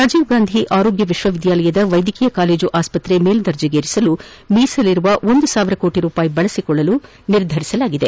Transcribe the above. ರಾಜೀವ್ ಗಾಂಧಿ ಆರೋಗ್ಯ ವಿಶ್ವವಿದ್ಯಾಲಯದ ವೈದ್ಯಕೀಯ ಕಾಲೇಜು ಆಸ್ತತ್ರೆ ಮೇಲ್ವರ್ಜೆಗೇರಿಸಲು ಮೀಸಲಿರುವ ಒಂದು ಸಾವಿರ ಕೋಟಿ ರೂಪಾಯಿ ಬಳಸಿಕೊಳ್ಳಲು ನಿರ್ಧರಿಸಲಾಗಿದೆ